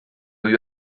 由于